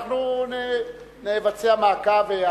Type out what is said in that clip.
אנחנו נבצע מעקב,